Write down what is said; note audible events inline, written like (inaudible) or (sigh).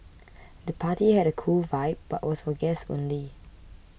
(noise) the party had a cool vibe but was for guests only